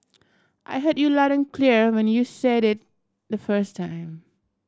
I heard you loud and clear when you said it the first time